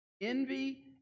Envy